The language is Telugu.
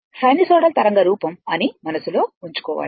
సైనోసోయిడల్ తరంగ రూపం అని మనస్సులో ఉంచుకోవాలి